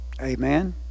amen